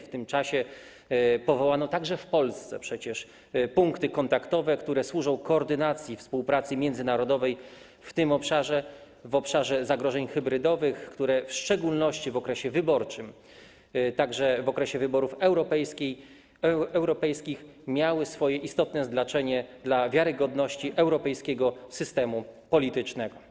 W tym czasie powołano, przecież także w Polsce, punkty kontaktowe, które służą koordynacji współpracy międzynarodowej w tym obszarze, w obszarze zagrożeń hybrydowych, które w szczególności w okresie wyborczym, także w okresie wyborów europejskich, miały swoje istotne znaczenie dla wiarygodności europejskiego systemu politycznego.